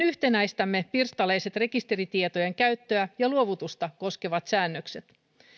yhtenäistämme pirstaleiset rekisteritietojen käyttöä ja luovutusta koskevat säännökset